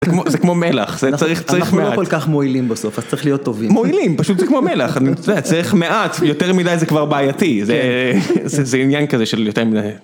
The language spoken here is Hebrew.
זה כמו מלח, זה צריך מעט, אנחנו לא כל כך מועילים בסוף, אז צריך להיות טובים, מועילים, פשוט זה כמו מלח, צריך מעט, יותר מדי זה כבר בעייתי, זה עניין כזה של יותר מדי.